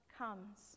comes